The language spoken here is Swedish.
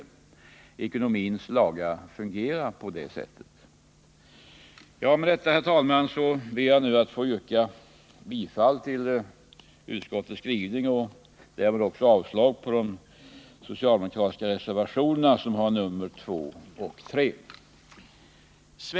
Ekonomins lagar fungerar på det sättet. Med detta, herr talman, ber jag nu att få yrka bifall till utskottets hemställan och därmed också avslag på de socialdemokratiska reservationer som har nr 2 och 3.